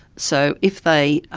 so if they